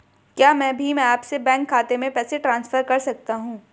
क्या मैं भीम ऐप से बैंक खाते में पैसे ट्रांसफर कर सकता हूँ?